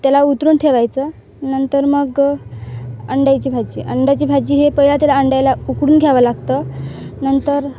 त्याला उतरून ठेवायचं नंतर मग अंड्याची भाजी अंड्याची भाजी हे पहिला तर अंड्याला उकडून घ्यावं लागतं नंतर